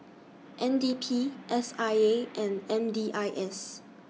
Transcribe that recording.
N D P S I A and M D I S